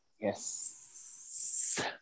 yes